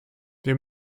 wir